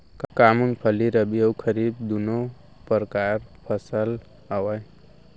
का मूंगफली रबि अऊ खरीफ दूनो परकार फसल आवय?